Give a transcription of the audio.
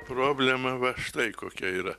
problema va štai kokia yra